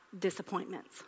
disappointments